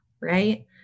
right